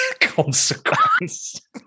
Consequence